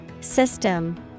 System